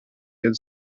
good